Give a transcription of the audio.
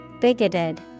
Bigoted